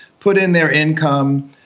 put in their income,